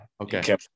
Okay